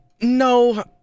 No